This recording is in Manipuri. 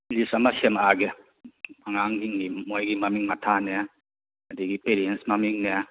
ꯂꯤꯁ ꯑꯃ ꯁꯦꯝꯃꯛꯑꯒꯦ ꯑꯉꯥꯡꯁꯤꯡꯒꯤ ꯃꯣꯏꯒꯤ ꯃꯃꯤꯡ ꯃꯊꯥꯅꯦ ꯑꯗꯒꯤ ꯄꯦꯔꯦꯟꯁ ꯃꯃꯤꯡꯅꯦ